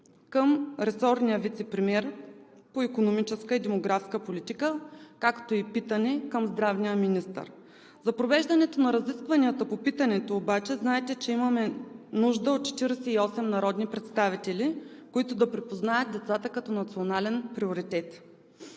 към ресорния вицепремиер по икономическа и демографска политика, както и питане към здравния министър. За провеждането на разискванията по питането обаче знаете, че имаме нужда от 48 народни представители, които да припознаят децата като национален приоритет.